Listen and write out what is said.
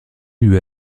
lui